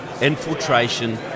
infiltration